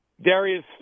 Darius